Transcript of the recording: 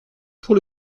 pour